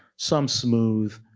some smooth,